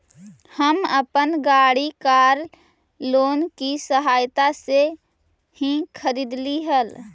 हम अपन गाड़ी कार लोन की सहायता से ही खरीदली हल